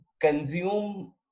consume